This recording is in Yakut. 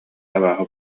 абааһы